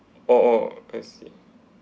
oh oh I see